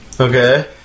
Okay